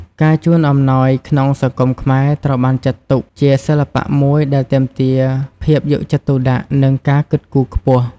ការជូនអំណោយក្នុងសង្គមខ្មែរត្រូវបានចាត់ទុកជាសិល្បៈមួយដែលទាមទារភាពយកចិត្តទុកដាក់ និងការគិតគូរខ្ពស់។